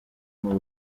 muri